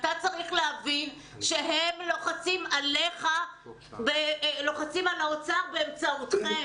אתה צריך להבין שהם לוחצים על האוצר באמצעותכם.